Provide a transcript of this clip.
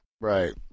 right